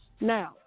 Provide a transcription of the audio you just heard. now